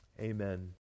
Amen